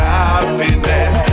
happiness